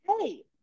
Hey